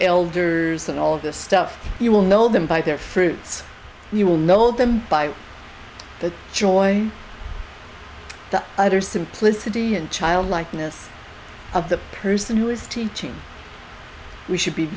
elders and all of this stuff you will know them by their fruits you will know them by the joy the utter simplicity and childlikeness of the person who is teaching we should be